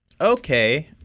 Okay